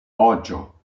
ocho